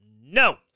No